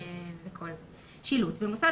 נמשיך